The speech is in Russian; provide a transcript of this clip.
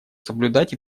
соблюдать